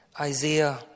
Isaiah